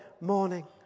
morning